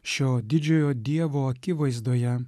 šio didžiojo dievo akivaizdoje